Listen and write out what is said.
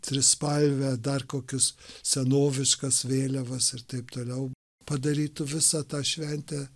trispalvę dar kokius senoviškas vėliavas ir taip toliau padarytų visą tą šventę